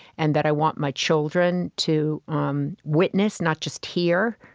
and that i want my children to um witness, not just hear,